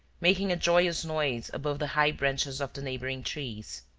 making a joyous noise above the high branches of the neighboring trees.